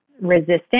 resistant